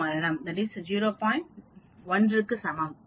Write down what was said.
1 க்கு சமம்